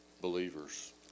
believers